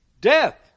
Death